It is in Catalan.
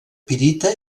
pirita